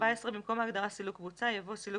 במקום ההגדרה "סילוק בוצה" יבוא: ""סילוק